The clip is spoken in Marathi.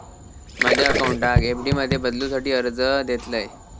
माझ्या अकाउंटाक एफ.डी मध्ये बदलुसाठी अर्ज देतलय